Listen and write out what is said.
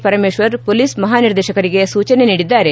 Parameshwar police ಮಹಾನಿರ್ದೇಶಕರಿಗೆ ಸೂಚನೆ ನೀಡಿದ್ದಾರೆ